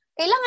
kailangan